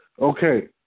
Okay